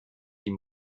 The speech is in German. die